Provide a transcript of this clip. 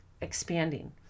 Expanding